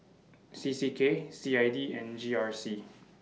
C C K C I D and G R C